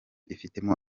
ifitemo